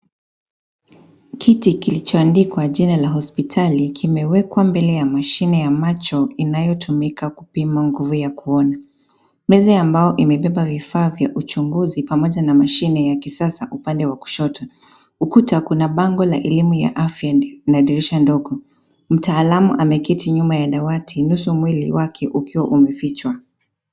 Kiti kilichoandikwa jina la hospitali kimewekwa mbele ya mashine ya macho, inayotumika kupima nguvu ya kuona. Meza ambao imebeba vifaa vya uchunguzi pamoja na mashine ya kisasa upande wa kushoto. Ukuta kuna bango la elimu ya afya na dirisha ndogo. Mtaalamu ameketi nyuma ya dawati, nusu mwili wake ukiwa umefichwa.